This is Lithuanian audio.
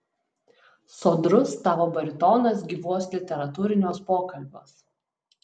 sodrus tavo baritonas gyvuos literatūriniuos pokalbiuos